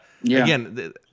again